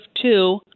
two